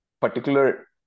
particular